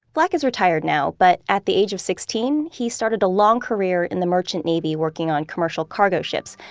flack is retired now, but at the age of sixteen he started a long career in the merchant navy working on commercial cargo ships,